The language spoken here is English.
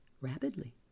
rapidly